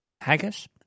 Haggis